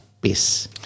peace